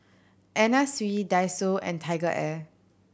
Anna Sui Daiso and TigerAir